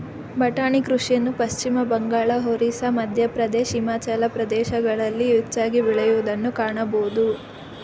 ಬಟಾಣಿ ಕೃಷಿಯನ್ನು ಪಶ್ಚಿಮಬಂಗಾಳ, ಒರಿಸ್ಸಾ, ಮಧ್ಯಪ್ರದೇಶ್, ಹಿಮಾಚಲ ಪ್ರದೇಶಗಳಲ್ಲಿ ಹೆಚ್ಚಾಗಿ ಬೆಳೆಯೂದನ್ನು ಕಾಣಬೋದು